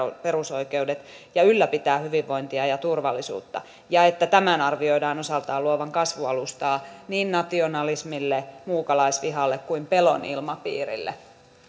perusoikeudet ja ylläpitää hyvinvointia ja turvallisuutta ja että tämän arvioidaan osaltaan luovan kasvualustaa niin nationalismille muukalaisvihalle kuin pelon ilmapiirille